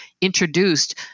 introduced